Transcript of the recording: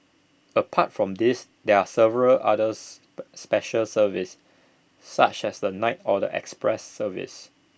apart from these there are several other special services such as the night or the express services